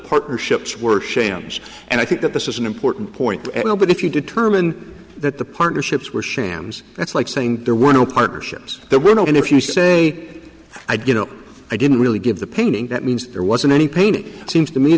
partnerships were shams and i think that this is an important point but if you determine that the partnerships were shams that's like saying there were no partnerships there were no and if you say i did you know i didn't really give the painting that means there wasn't any pain it seems to me